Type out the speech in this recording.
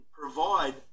provide